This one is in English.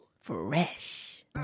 Fresh